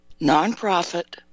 nonprofit